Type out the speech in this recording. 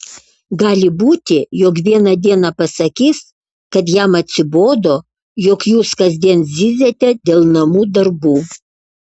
gali būti jog vieną dieną pasakys kad jam atsibodo jog jūs kasdien zyziate dėl namų darbų